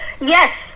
yes